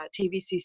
TVCC